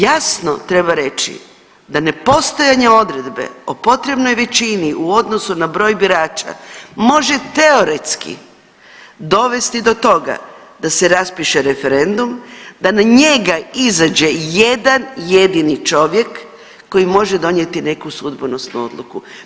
Jasno treba reći da nepostojanje odredbe o potrebnoj većini u odnosu na broj birača može teoretski dovesti do toga da se raspiše referendum, da na njega izađe jedan jedini čovjek koji može donijeti neku sudbonosnu odluku.